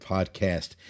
Podcast